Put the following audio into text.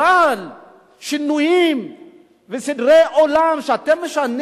אבל שינויים וסדרי עולם שאתם משנים